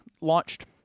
launched